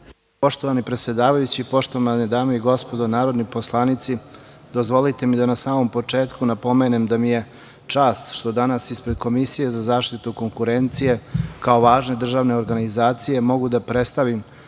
Poštovani predsedavajući, poštovane dame i gospodo narodni poslanici, dozvolite mi da na samom početku napomenem da mi je čast što danas ispred Komisije za zaštitu konkurencije, kao važne državne organizacije, mogu da predstavim